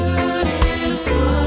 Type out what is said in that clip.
Beautiful